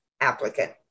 applicant